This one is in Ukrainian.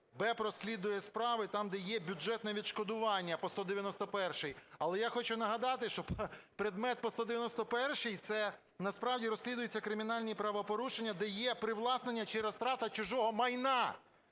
БЕБ розслідує справи там, де є бюджетне відшкодування по 191-й. Але я хочу нагадати, що предмет по 191-й це насправді розслідуються кримінальні правопорушення, де є привласнення чи розтрата чужого майна,